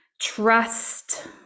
trust